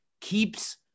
keeps